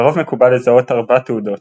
לרוב מקובל לזהות ארבע תעודות,